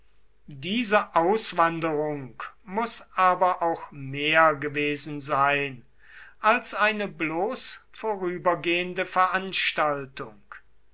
diese auswanderung muß aber auch mehr gewesen sein als eine bloß vorübergehende veranstaltung